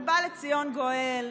ובא לציון גואל.